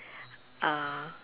uh